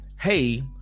hey